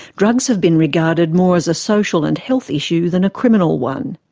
drugs have been regarded more as a social and health issue than a criminal one.